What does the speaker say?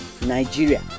Nigeria